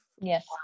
Yes